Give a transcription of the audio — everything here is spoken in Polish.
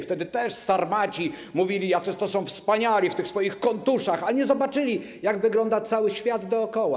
Wtedy też Sarmaci mówili, jacy to są wspaniali, w tych swoich kontuszach, a nie zobaczyli, jak wygląda cały świat dookoła.